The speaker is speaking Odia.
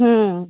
ହୁଁ